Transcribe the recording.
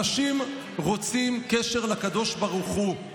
אנשים רוצים קשר לקדוש ברוך הוא,